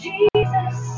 Jesus